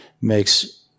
makes